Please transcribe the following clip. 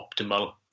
optimal